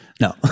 no